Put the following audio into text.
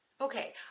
Okay